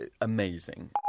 amazing